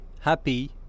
happy